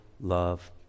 love